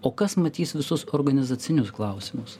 o kas matys visus organizacinius klausimus